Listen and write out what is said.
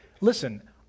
listen